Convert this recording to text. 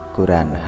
Quran